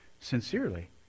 sincerely